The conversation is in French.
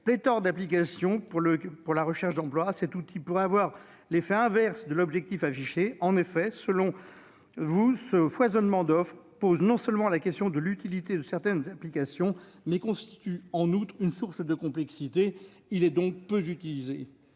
pléthore d'applications pour la recherche d'emploi. Cet outil pourrait avoir l'effet inverse de l'objectif affiché. En effet, selon vous, ce foisonnement d'offres non seulement pose la question de l'utilité de certaines applications, mais constitue en outre une source de complexité. Il est donc peu utilisé.